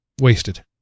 wasted